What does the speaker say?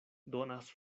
donas